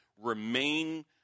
remain